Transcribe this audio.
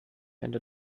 ende